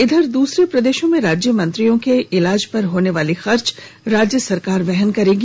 इधर दूसरे प्रदेशों में राज्य मंत्रियों के इलाज पर होने वाली खर्च राज्य सरकार वहन करेगी